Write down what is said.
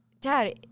dad